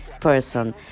person